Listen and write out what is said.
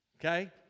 Okay